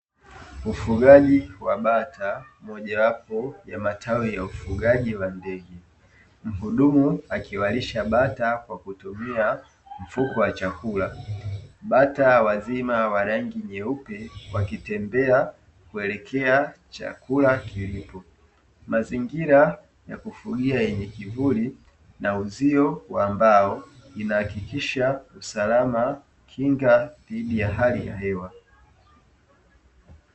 Ufugaji wa bata ni mojawapo ya matawi ya ufugaji wa ndege, mhudumu akiwalisha bata kwa kutumia mfuko wa chakula, bata wazima wa rangi nyeupe wakitembea kuelekea chakula kilipo, mazingira ya kufugia yenye kivuli na uzio wa mbao inahakikisha usalama na kinga dhidi ya hali ya hewa.